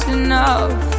enough